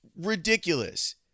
ridiculous